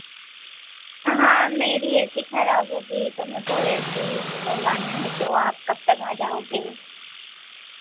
हाँ मेरी A C खराब हो गई है तो मेरे को ए सी सुधरवाना है तो आप कब तक आ जाओगे